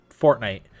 fortnite